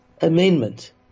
amendment